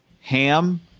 ham